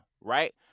right